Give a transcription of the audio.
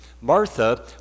Martha